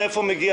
ממש לא.